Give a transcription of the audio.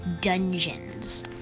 Dungeons